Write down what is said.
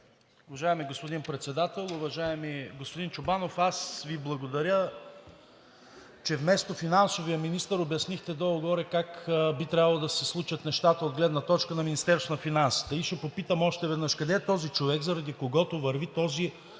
Уважаеми господин Председател! Уважаеми господин Чобанов, аз Ви благодаря, че вместо финансовия министър обяснихте долу-горе как би трябвало да се случат нещата от гледна точка на Министерството на финансите. И ще попитам още веднъж: къде е този човек, заради когото върви целият